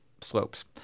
slopes